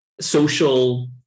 social